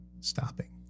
Stopping